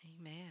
Amen